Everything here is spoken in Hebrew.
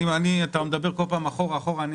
אין